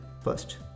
first